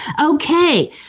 Okay